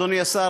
אדוני השר,